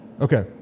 Okay